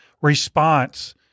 response